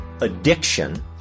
Addiction